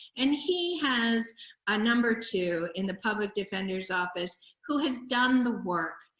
and he has a number two in the public defender's office who has done the work,